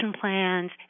plans